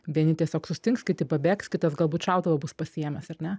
vieni tiesiog sustings kiti pabėgs kitas galbūt šautuvą bus pasiėmęs ar ne